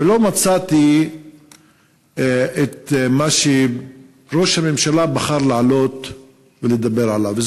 ולא מצאתי את מה שראש הממשלה בחר לעלות ולדבר עליו.